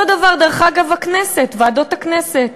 אותו דבר, דרך אגב, בכנסת, ועדות הכנסת.